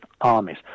armies